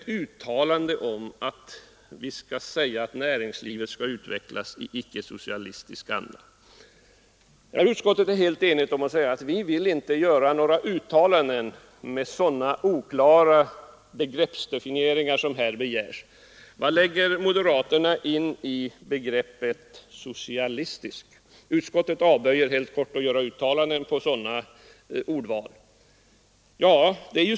Motionärerna vill vidare ha ett uttalande att näringslivet skall utvecklas i icke-socialistisk anda. Utskottet är helt enigt om att vi inte vill göra några uttalanden med så oklara begreppsdefinieringar som här begärs. Vad lägger moderaterna in i begreppet socialistisk? Utskottet avböjer helt kort att göra uttalanden med sådana ordval.